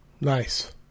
Nice